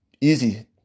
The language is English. Easy